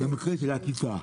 במקרה של אכיפה.